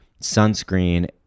sunscreen